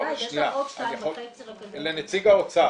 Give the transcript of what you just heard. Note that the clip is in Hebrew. לנציג האוצר